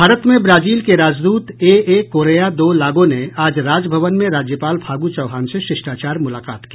भारत में ब्राजील के राजदूत ए ए कोरेया दो लागो ने आज राजभवन में राज्यपाल फागू चौहान से शिष्टाचार मूलाकात की